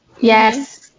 yes